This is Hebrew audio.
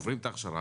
עוברים את ההכשרה,